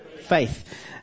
faith